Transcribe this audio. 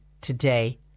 today